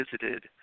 visited